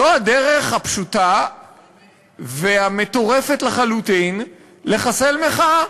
זו הדרך הפשוטה והמטורפת לחלוטין לחסל מחאה,